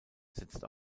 setzt